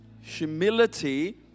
Humility